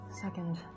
Second